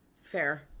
fair